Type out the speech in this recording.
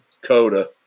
Coda